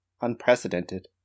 unprecedented